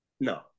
No